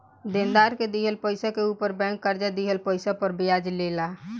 देनदार के दिहल पइसा के ऊपर बैंक कर्जा दिहल पइसा पर ब्याज ले ला